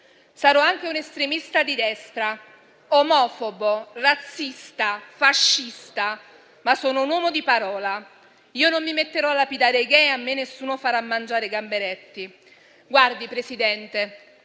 sarò anche un estremista di destra, omofobo, razzista, fascista, ma sono un uomo di parola. Io non mi metterò a lapidare i *gay* e a me nessuno farà mangiare i gamberetti. Presidente,